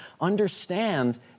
understand